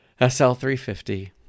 SL350